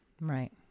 Right